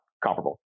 comparable